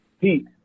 Pete